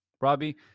Robbie